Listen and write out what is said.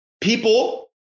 people